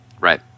Right